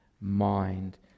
mind